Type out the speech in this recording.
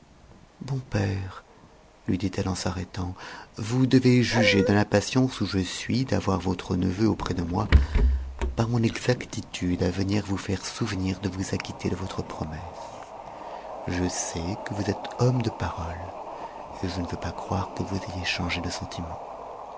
bon père lui dit-elle en s'arrêtant vous devez juger de l'impatience où je suis d'avoir votre neveu auprès de moi par mon exactitude à venir vous faire souvenir de vous acquitter de votre promesse je sais que vous êtes homme de parole et je ne veux pas croire que vous ayez changé de sentiment